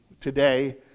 today